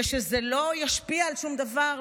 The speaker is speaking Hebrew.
ושזה לא ישפיע על שום דבר?